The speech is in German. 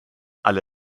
alle